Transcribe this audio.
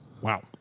Wow